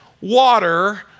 water